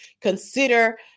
consider